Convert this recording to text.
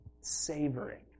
savoring